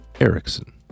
Erickson